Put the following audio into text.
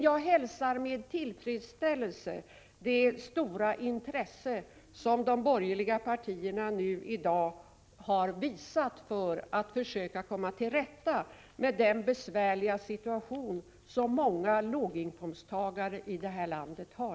Jag hälsar med tillfredsställelse det stora intresse som de borgerliga partierna i dag har visat för att försöka komma till rätta med den besvärliga situation som många låginkomsttagare i detta land har.